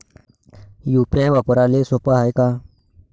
UPI वापराले सोप हाय का?